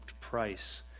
price